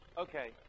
Okay